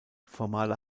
formale